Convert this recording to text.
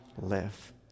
live